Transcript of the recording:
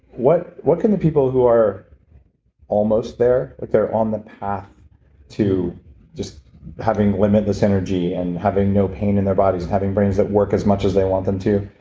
what what can the people who are almost there, if but they're on the path to just having limitless energy and having no pain in their bodies and having brains that work as much as they want them to,